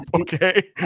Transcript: okay